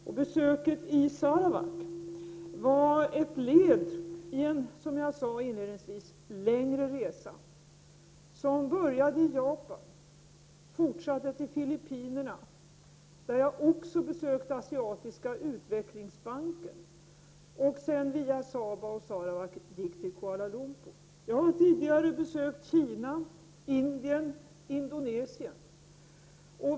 Som jag inledningsvis sade var besöket i Sarawak ett led i en längre resa som började i Japan, fortsatte till Filippinerna — där jag också besökte Asiatiska Utvecklingsbanken — och sedan via Sabah och Sarawak gick till Kuala Lumpur. Jag har tidigare besökt Kina, Indien och Indonesien.